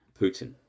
Putin